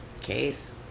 case